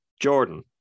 Jordan